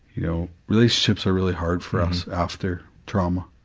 you know, relationships are really hard for us after trauma,